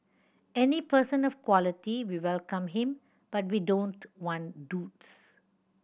any person of quality we welcome him but we don't want duds